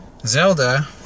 Zelda